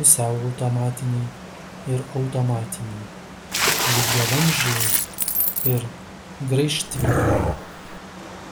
pusiau automatiniai ir automatiniai lygiavamzdžiai ir graižtviniai